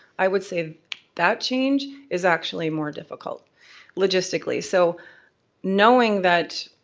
i would say that change is actually more difficult logistically. so knowing that,